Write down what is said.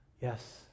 yes